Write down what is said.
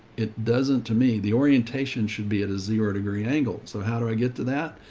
it doesn't, to me, the orientation should be at a zero degree angle. so how do i get to that?